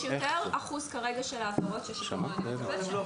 יש כרגע אחוז יותר גבוה של העבירות שהשיטור העירוני מטפל בהן.